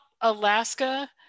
Alaska